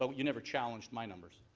so you never challenged my numbers?